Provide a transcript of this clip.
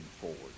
forward